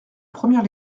première